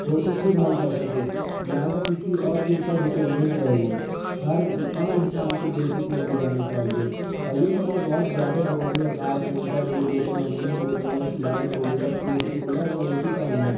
ہو تو خود حل کر سکے نہ کہ کسی اور کے اوپر ڈپینڈینٹ رہے وہ ہر کام انسان کو بیسک نالج آنا چاہیے اور یہ سب تو بہت زیادہ ضروری ہے کارپینٹر بولو پلمبنگ بولو یا سلائی بولو یا پلوٹری بولو یا مویشی پالنا